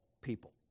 people